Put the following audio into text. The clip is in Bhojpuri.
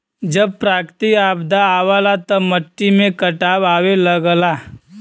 जब प्राकृतिक आपदा आवला त मट्टी में कटाव आवे लगला